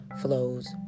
flows